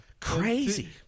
Crazy